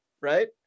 right